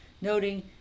noting